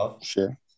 Sure